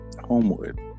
Homewood